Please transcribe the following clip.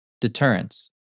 deterrence